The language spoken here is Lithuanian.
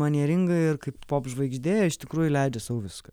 manieringa ir kaip popžvaigždė iš tikrųjų leidžia sau viską